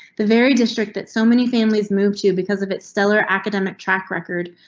the very district that so many families moved to because of its stellar academic track record.